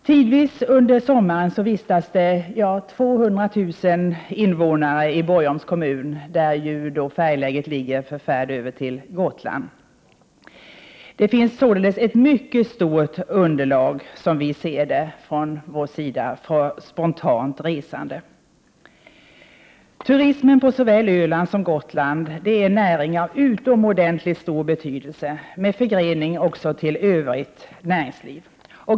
Tidvis under sommaren vistas 200 000 människor i Borgholms kommun, där färjeläget för färd över till Gotland är placerat. Det finns således enligt vår åsikt ett mycket stort underlag för spontant resande. Turismen på såväl Öland som Gotland är en näring av utomordentligt stor betydelse och med förgrening till övrigt näringsliv.